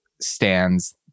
stands